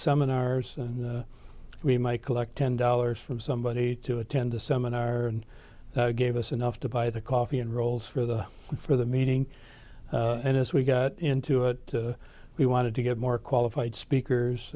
seminars and we might collect ten dollars from somebody to attend a seminar and gave us enough to buy the coffee and rolls for the for the meeting and as we got into it we wanted to get more qualified speakers